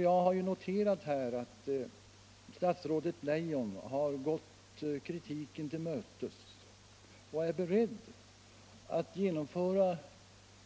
Jag har noterat att statsrådet Leijon gått kritiken till mötes och är beredd att genomföra